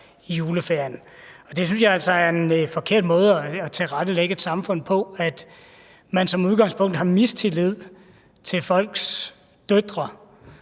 i juleferien. Jeg synes altså, det er en forkert måde at tilrettelægge et samfund på, at man som udgangspunkt har mistillid til en